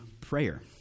prayer